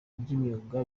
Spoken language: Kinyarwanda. by’imyuga